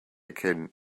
can